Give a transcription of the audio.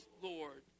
Lord